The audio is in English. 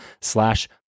slash